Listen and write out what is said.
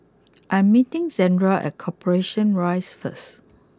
I am meeting Zandra at Corporation Rise first